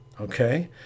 Okay